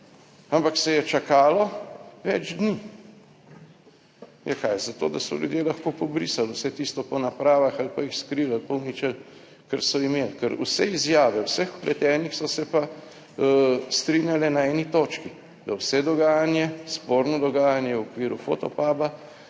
ampak se je čakalo več dni. Ja kaj, zato, da so ljudje lahko pobrisali vse tisto po napravah ali pa jih skrili ali pa uničili kar so imeli, ker vse izjave vseh vpletenih so se pa strinjale na eni točki, da vse dogajanje, sporno dogajanje v okviru Fotopuba